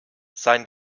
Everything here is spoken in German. sein